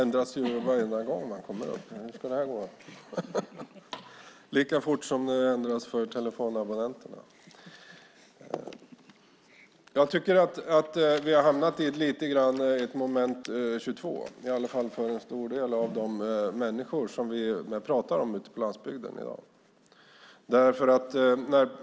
Herr talman! Jag tycker att vi har hamnat lite grann i ett moment 22, i alla fall för en stor del av de människor ute på landsbygden som vi pratar om i dag.